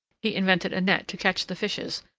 he invented a net to catch the fishes,